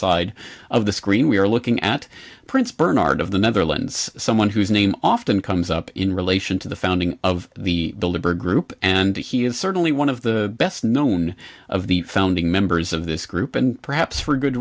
side of the screen we are looking at prince bernard of the netherlands someone whose name often comes up in relation to the founding of the labor group and he is certainly one of the best known of the founding members of this group and perhaps for good